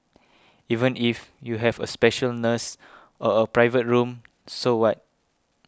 even if you have a special nurse or a private room so what